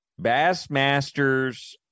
Bassmasters